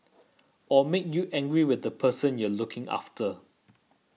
or make you angry with the person you're looking after